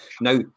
Now